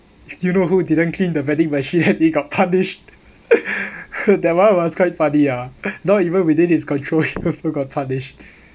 you know who didn't clean the vending machine and he got punished that one was quite funny ah not even within his control he also got punished